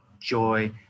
joy